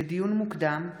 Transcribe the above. לדיון מוקדם,